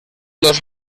los